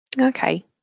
Okay